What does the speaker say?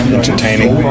entertaining